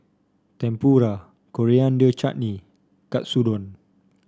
Tempura Coriander Chutney Katsudon